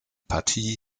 partie